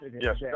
Yes